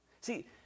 See